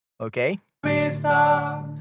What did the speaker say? okay